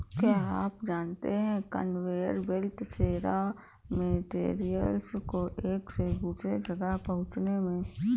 क्या आप जानते है कन्वेयर बेल्ट से रॉ मैटेरियल्स को एक से दूसरे जगह पहुंचने में मदद मिलती है?